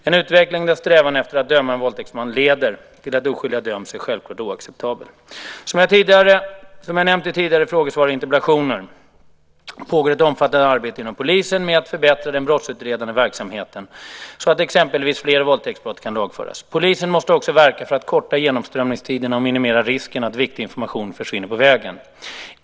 En utveckling där strävan efter att döma en våldtäktsman leder till att oskyldiga döms är självklart oacceptabel. Som jag nämnt i tidigare frågesvar och interpellationer pågår ett omfattande arbete inom polisen med att förbättra den brottsutredande verksamheten så att exempelvis fler våldtäktsbrott kan lagföras. Polisen måste också verka för att korta genomströmningstiderna och minimera risken att viktig information försvinner på vägen.